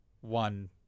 one